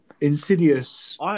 Insidious